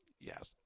Yes